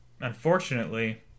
unfortunately